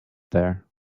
there